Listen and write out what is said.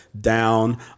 down